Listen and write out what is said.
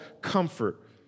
comfort